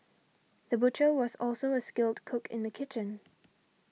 the butcher was also a skilled cook in the kitchen